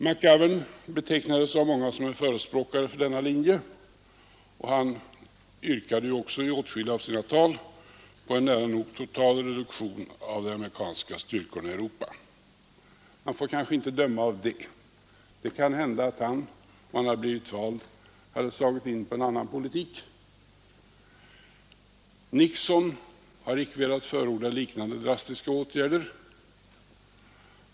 McGovern betecknades av många som en förespråkare för denna linje, och han yrkade ju också i åtskilliga av sina tal på en nära nog total reduktion av de amerikanska styrkorna i Europa. Man får kanske inte döma av detta — det kan hända att han, om han blivit vald, hade slagit in på en annan politik. Nixon har icke velat förorda liknande drastiska åtgärder.